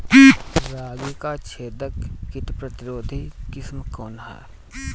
रागी क छेदक किट प्रतिरोधी किस्म कौन ह?